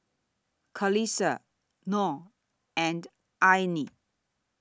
Qalisha Noh and Aina